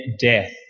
death